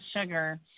sugar